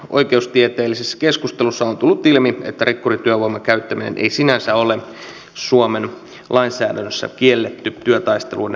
oikeustieteellisessä keskustelussa on tullut ilmi että rikkurityövoiman käyttäminen ei sinänsä ole suomen lainsäädännössä kielletty työtaisteluiden aikana